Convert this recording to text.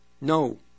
No